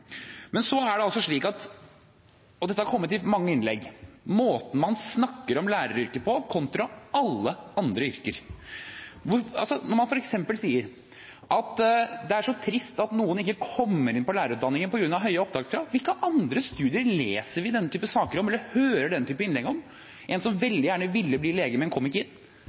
så er det – og dette har kommet i mange innlegg – måten man snakker om læreryrket på kontra alle andre yrker. Når man f.eks. sier at det er så trist at noen ikke kommer inn på lærerutdanningen på grunn av høye opptakskrav, hvilke andre studier leser vi denne typen saker om eller hører denne typen innlegg om – en som veldig gjerne ville bli lege, men ikke kom inn?